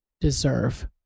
deserve